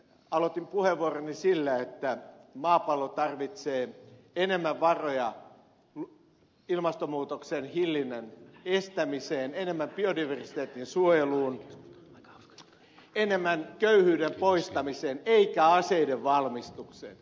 aloitin puheenvuoroni sillä että maapallo tarvitsee enemmän varoja ilmastonmuutoksen hillitsemiseen biodiversiteetin suojeluun ja köyhyyden poistamiseen eikä aseiden valmistukseen